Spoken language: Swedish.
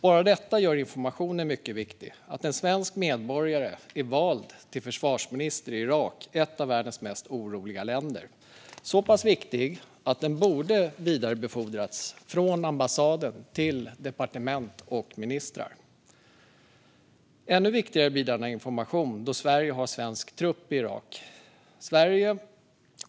Bara detta gör informationen att en svensk medborgare är vald till försvarsminister i Irak, ett av världens mest oroliga länder, mycket viktig. Den är så pass viktig att den borde ha vidarebefordrats från ambassaden till departement och ministrar. Ännu viktigare blir denna information då Sverige har svensk trupp i Irak.